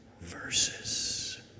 verses